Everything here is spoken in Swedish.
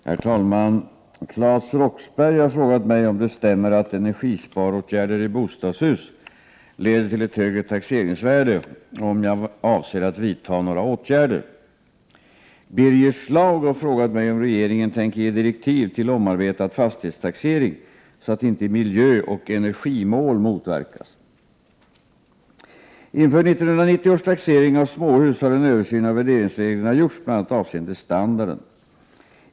Herr talman! Claes Roxbergh har frågat mig om det stämmer att energisparåtgärder i bostadshus leder till ett högre taxeringsvärde och om jag avser att vidta några åtgärder. Birger Schlaug har frågat mig om regeringen tänker ge direktiv till Inför 1990 års taxering av småhus har en översyn av värderingsreglerna gjorts, bl.a. avseende standarden.